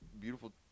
beautiful